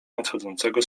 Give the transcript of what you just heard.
nadchodzącego